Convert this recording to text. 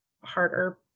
harder